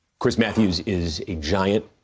chris mathews is a giant.